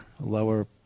lower